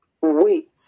Wait